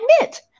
admit